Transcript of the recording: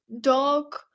dog